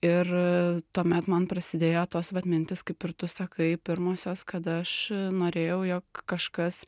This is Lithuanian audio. ir tuomet man prasidėjo tos vat mintys kaip ir tu sakai pirmosios kad aš norėjau jog kažkas